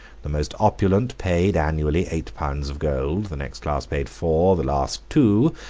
the most opulent paid annually eight pounds of gold, the next class paid four, the last two,